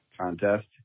Contest